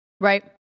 Right